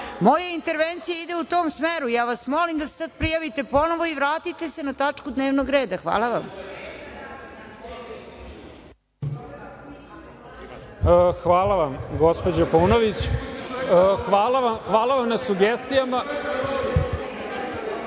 Moja intervencija ide u tom smer. Ja vas molim da se prijavite ponovo i vratite se na tačku dnevnog reda. Hvala vam. **Pavle Grbović** Hvala vam, gospođo Paunović, hvala vam na sugestijama,